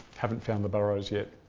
haven't found the burrows yet.